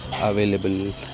available